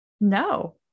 No